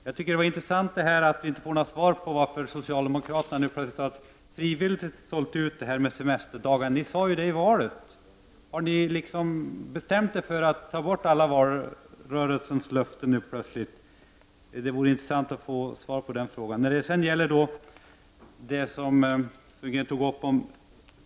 Jag tycker att det är intressant att vi inte får några svar på varför socialdemokraterna nu plötsligt frivilligt har sålt ut detta med semesterdagarna. Ni lovade ju extra semesterdagar i valet. Har ni plötsligt bestämt er för att ta bort alla valrörelsens löften nu? Det vore intressant att få svar på den frågan.